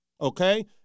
Okay